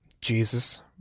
Jesus